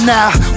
Now